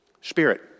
Spirit